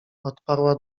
odparła